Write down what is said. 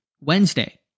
Wednesday